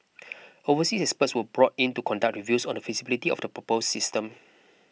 overseas experts were brought in to conduct reviews on the feasibility of the proposed system